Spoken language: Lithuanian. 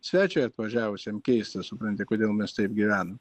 svečiui atvažiavusiam keista supranti kodėl mes taip gyvenam